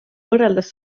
võrreldes